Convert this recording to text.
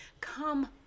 Come